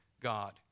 God